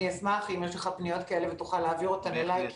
אני אשמח אם יש לך פניות כאלה ותוכל להעביר אותן אלי,